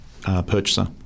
purchaser